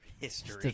history